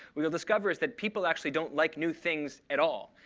what you'll discover is that people actually don't like new things at all.